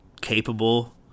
capable